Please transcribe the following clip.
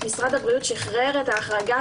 משרד הבריאות שחרר את ההחרגה